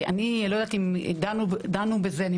אני לא יודעת אם דנו בזה, אבל אני